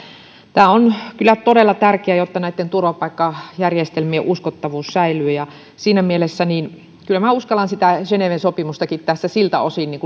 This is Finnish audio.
tämä on kyllä todella tärkeää jotta näitten turvapaikkajärjestelmien uskottavuus säilyy siinä mielessä kyllä minä uskallan sitä geneven sopimustakin tässä siltä osin